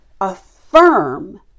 affirm